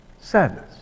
sadness